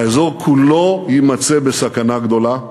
האזור כולו יימצא בסכנה גדולה,